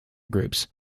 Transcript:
groups